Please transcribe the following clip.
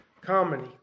comedy